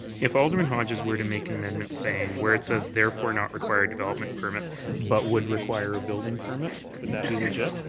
if alderman hodges were to make amendments saying where it says therefore not required development permit but would require a building permit, would that be legit?